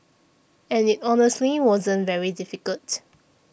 and it honestly wasn't very difficult